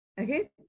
Okay